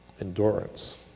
Endurance